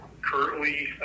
Currently